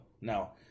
Now